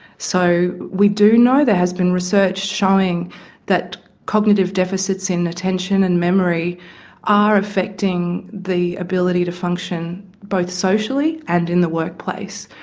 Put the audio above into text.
so we do know, there has been research showing that cognitive deficits in attention and memory are affecting the ability to function both socially and in the workplace.